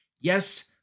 Yes